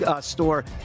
Store